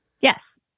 Yes